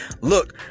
look